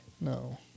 No